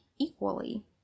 equally